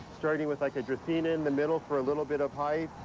starting with like a dracaena in the middle for a little bit of height.